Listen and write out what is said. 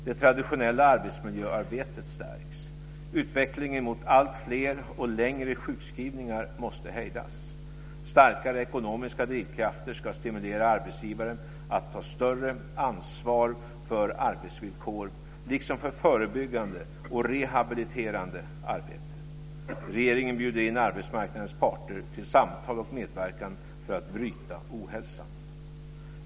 Det traditionella arbetsmiljöarbetet stärks. Utvecklingen mot alltfler och längre sjukskrivningar måste hejdas. Starkare ekonomiska drivkrafter ska stimulera arbetsgivare att ta större ansvar för arbetsvillkor, liksom för förebyggande och rehabiliterande arbete. Regeringen bjuder in arbetsmarknadens parter till samtal och medverkan för att bryta ohälsan.